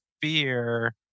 fear